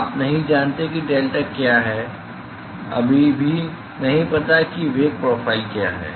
आप नहीं जानते कि डेल्टा क्या है अभी भी नहीं पता कि वेग प्रोफ़ाइल क्या है